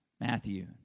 Matthew